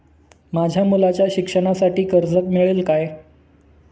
माझ्या मुलाच्या शिक्षणासाठी कर्ज मिळेल काय?